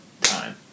time